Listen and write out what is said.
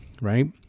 right